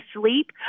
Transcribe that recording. sleep